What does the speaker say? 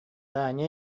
таня